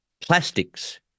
plastics